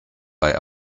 bei